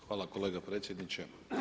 Hvala kolega predsjedniče.